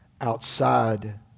outside